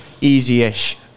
easy-ish